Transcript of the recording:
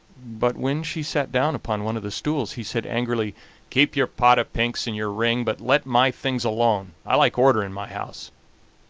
but when she sat down upon one of the stools he said angrily keep your pot of pinks and your ring, but let my things alone. i like order in my house.